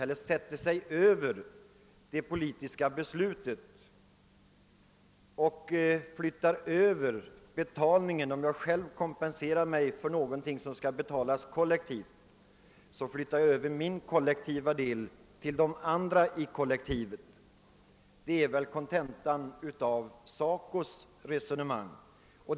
Jag flyttar över min del av betalningen till andra i kollektivet, om jag själv kompenserar mig för någonting som skall betalas kollektivt — detta är väl kontentan av SACO:s resonemang.